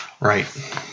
Right